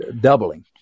doubling